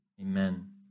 Amen